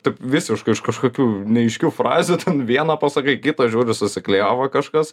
taip visiškai iš kažkokių neaiškių frazė vieną pasakai kitą žiūri susiklijavo kažkas